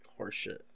horseshit